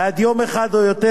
בעד יום אחד או יותר